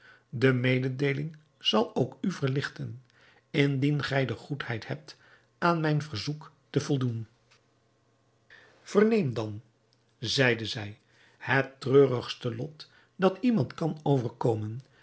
de mededeeling zal ook u verligten indien gij de goedheid hebt aan mijn verzoek te voldoen verneem dan zeide zij het treurigste lot dat iemand kan overkomen